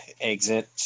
exit